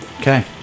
okay